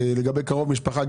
לגבי קרוב משפחה,